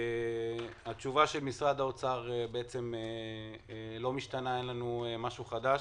התשובה של משרד האוצר לא משתנה, אין לנו משהו חדש.